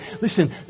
Listen